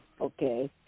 okay